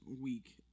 week